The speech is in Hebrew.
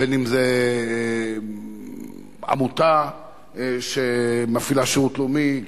בין אם זו עמותה שמפעילה שירות לאומי.